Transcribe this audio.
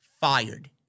fired